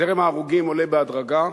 זרם ההרוגים עולה בהדרגה,